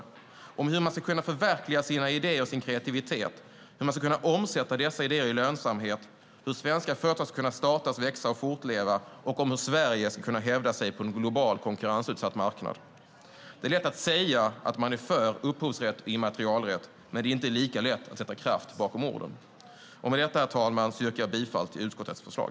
Det handlar om hur man ska kunna förverkliga sina idéer och sin kreativitet och om hur man ska kunna omsätta dessa idéer i lönsamhet. Det handlar om hur svenska företag ska kunna startas, växa och fortleva och om hur Sverige ska kunna hävda sig på en global konkurrensutsatt marknad. Det är lätt att säga att man är för upphovsrätt och immaterialrätt, men det är inte lika lätt att sätta kraft bakom orden. Herr talman! Med detta yrkar jag bifall till utskottets förslag.